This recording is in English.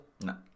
No